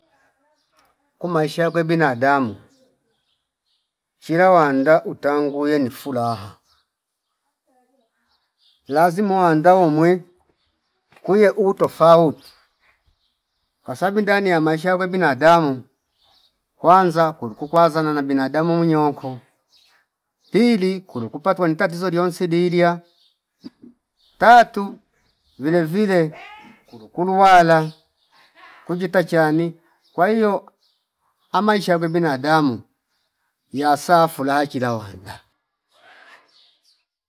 Ku maisha yakwe binadamu chila wanda utangu yeni fulaha lazima wanda umwe kuye utofauti wasabi ndani ya maisha yakwe binadamu kwala kulu kukwazana na binadamu munyonko pili kulu kupatwa ni tatizo liyonse dilia tatu vilevile kuru kulu wala kujita chani kwa hio amaisha yakwe binadamu yasa fulaha chila wanda